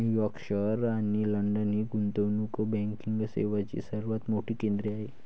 New York शहर आणि London ही गुंतवणूक बँकिंग सेवांची सर्वात मोठी केंद्रे आहेत